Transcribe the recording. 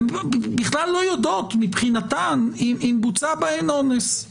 והן בכלל לא יודעות מבחינתן אם בוצע בהן אונס;